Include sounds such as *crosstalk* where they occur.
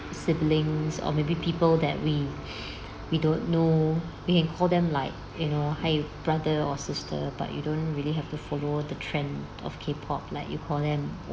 siblings or maybe people that we *breath* we don't know we can call them like you know hi brother or sister but you don't really have to follow the trend of K-pop like you call them